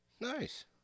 Nice